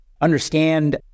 understand